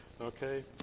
okay